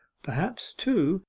perhaps, too,